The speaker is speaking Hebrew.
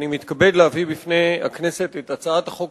אני מתכבד להביא בפני הכנסת את הצעת החוק